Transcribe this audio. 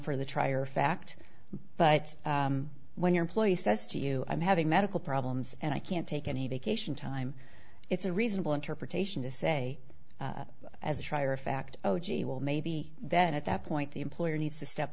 for the trier of fact but when your employee says to you i'm having medical problems and i can't take any vacation time it's a reasonable interpretation to say as a trier of fact oh gee well maybe that at that point the employer needs to step